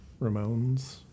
ramones